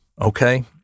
Okay